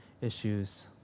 issues